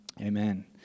Amen